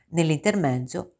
Nell'intermezzo